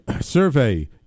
survey